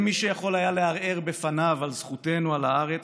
אין מי שיכול היה לערער בפניו על זכותנו על הארץ,